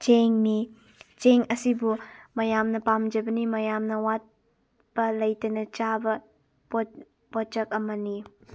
ꯆꯦꯡꯅꯤ ꯆꯦꯡ ꯑꯁꯤꯕꯨ ꯃꯌꯥꯝꯅ ꯄꯥꯝꯖꯕꯅꯤ ꯃꯌꯥꯝꯅ ꯋꯥꯠꯄ ꯂꯩꯇꯅ ꯆꯥꯕ ꯄꯣꯠꯁꯛ ꯑꯃꯅꯤ